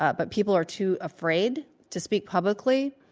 ah but people are too afraid to speak publicly.